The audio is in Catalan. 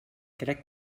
crec